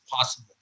possible